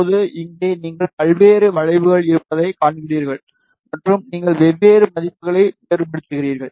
இப்போது இங்கே நீங்கள் பல்வேறு வளைவுகள் இருப்பதைக் காண்கிறீர்கள் மற்றும் நீங்கள் வெவ்வேறு மதிப்புகளை வேறுபடுத்துகிறீர்கள்